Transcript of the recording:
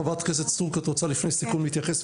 חברת הכנסת סטרוק, את רוצה לפני סיכום להתייחס?